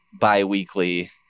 bi-weekly